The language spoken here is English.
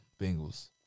Bengals